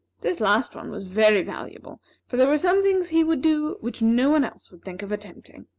this last one was very valuable for there were some things he would do which no one else would think of attempting.